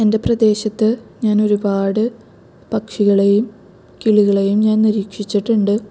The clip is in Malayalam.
എൻ്റെ പ്രദേശത്ത് ഞാൻ ഒരുപാട് പക്ഷികളെയും കിളികളെയും ഞാൻ നിരീക്ഷിച്ചിട്ടുണ്ട്